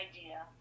idea